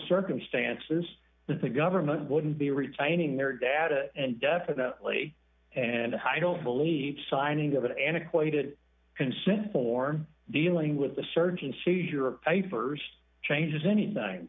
circumstances to think government wouldn't be retaining their data and definitely and i don't believe the signing of an antiquated consent form dealing with the search and seizure papers changes anything